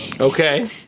Okay